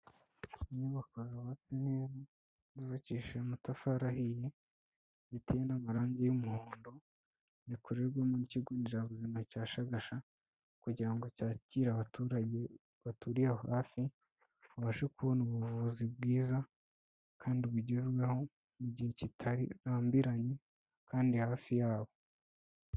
Inyubako zubabatse neza, zubakishije amatafari ahiy, ziteye n'amarangi y'umuhondo zikorerwamo n'ikigo nderabuzima cya Shagasha kugira ngo cyakire abaturage baturiye aho hafi babashe kubona ubuvuzi bwiza kandi bugezweho, mu gihe kitarambiranye kandi hafi yabo.